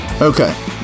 Okay